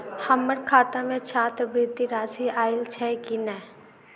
हम्मर खाता मे छात्रवृति राशि आइल छैय की नै?